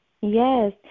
Yes